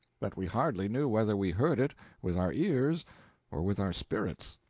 that we hardly knew whether we heard it with our ears or with our spirits.